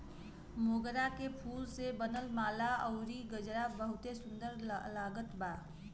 मोगरा के फूल से बनल माला अउरी गजरा बहुते सुन्दर लागत बा